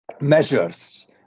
measures